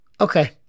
Okay